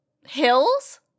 Hills